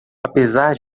apesar